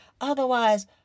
Otherwise